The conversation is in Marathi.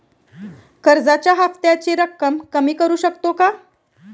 कर्जाच्या हफ्त्याची रक्कम कमी करू शकतो का?